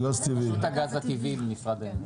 רשות הגז הטבעי במשרד האנרגיה.